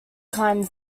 climb